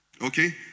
Okay